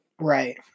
Right